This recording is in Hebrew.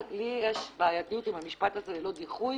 אבל לי יש בעיה עם המושג ללא דיחוי,